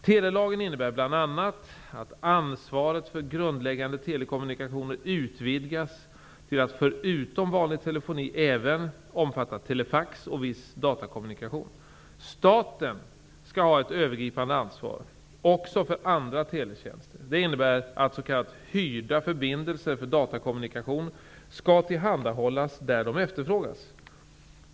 Telelagen innebär bl.a. att: - Ansvaret för grundläggande telekommunikationer utvidgas till att förutom vanlig telefoni även omfatta telefax och viss datakommunikation. Staten skall ha ett övergripande ansvar också för andra teletjänster. Det innebär att s.k. hyrda förbindelser för datakommunikation skall tillhandahållas där de efterfrågas.